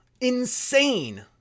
Insane